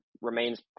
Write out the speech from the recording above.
remains